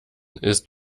ist